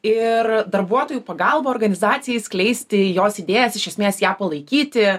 ir darbuotojų pagalba organizacijai skleisti jos idėjas iš esmės ją palaikyti